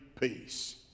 peace